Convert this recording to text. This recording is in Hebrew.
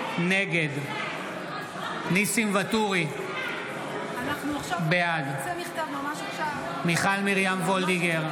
נגד ניסים ואטורי, בעד מיכל מרים וולדיגר,